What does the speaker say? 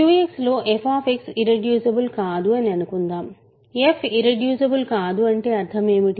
QX లో f irreducible కాదు అని అనుకుందాం f ఇర్రెడ్యూసిబుల్ కాదు అంటే అర్థం ఏమిటి